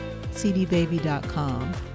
cdbaby.com